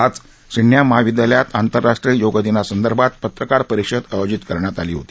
आज सिडनछि महाविदयालयात आंतरराष्ट्रीय योग दिनासंदर्भात पत्रकार परिषद आयोजित करण्यात आली होती